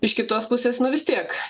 iš kitos pusės nu vis tiek